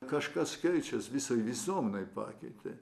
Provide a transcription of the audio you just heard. kažkas keičiasi visą visuomenę pakeitė